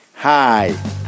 Hi